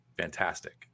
Fantastic